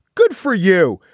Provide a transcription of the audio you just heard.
good for you.